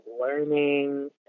learning